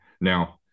Now